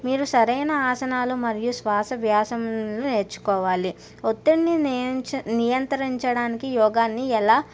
మీరు సరైన ఆసనాలు మరియు శ్వాస వ్యాసములను నేర్చుకోవాలి ఒత్తిడిని నియంచ నియంత్రించడానికి యోగాన్ని ఎలా